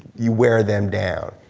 you wear them down.